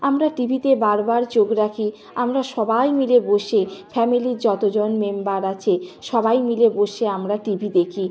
আমরা টিভিতে বারবার চোখ রাখি আমরা সবাই মিলে বসে ফ্যামিলির যতজন মেম্বার আছে সবাই মিলে বসে আমরা টিভি দেখি